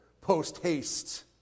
Post-haste